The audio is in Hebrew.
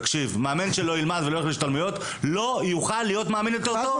לא יוכל להיות מאמן יותר טוב.